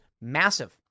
massive